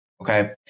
okay